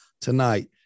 tonight